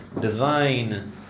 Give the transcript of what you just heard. divine